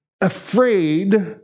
afraid